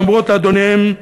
האומרות לאדוניהם: